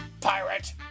pirate